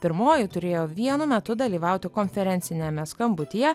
pirmoji turėjo vienu metu dalyvauti konferenciniame skambutyje